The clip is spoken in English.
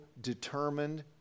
determined